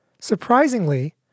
Surprisingly